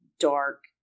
dark